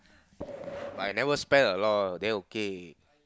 but I never spend a lot then okay